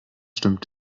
stimmt